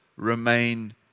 remain